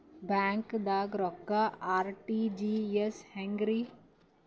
ಬ್ಯಾಂಕ್ದಾಗ ರೊಕ್ಕ ಆರ್.ಟಿ.ಜಿ.ಎಸ್ ಹೆಂಗ್ರಿ?